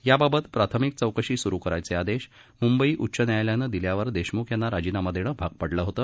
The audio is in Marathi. याबाबत प्राथमिक चौकशी स्रू करण्याचे आदेश मुंबई उच्च न्यायालयानं दिल्यावर अनिल देशमुख यांना राजीनामा देणं भाग पडलं होत